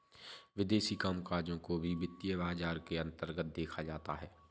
विदेशी कामकजों को भी वित्तीय बाजार के अन्तर्गत देखा जाता है